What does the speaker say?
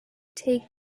take